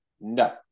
No